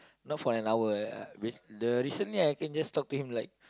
not for an hour eh I I the recently I can just talk to him like